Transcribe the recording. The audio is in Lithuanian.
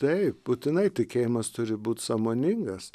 taip būtinai tikėjimas turi būt sąmoningas